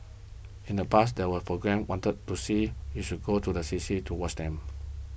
in the past there were programmes wanted to see we should go to the C C to watch them